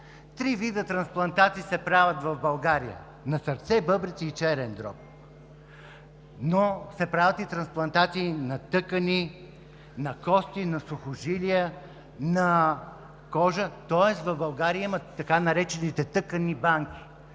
Три вида трансплантации се правят в България – на сърце, бъбреци и черен дроб. Правят се обаче и трансплантации на тъкани, на кости, на сухожилия, на кожа, тоест в България има така наречените „тъканни банки“.